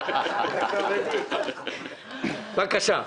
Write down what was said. בבקשה עידו.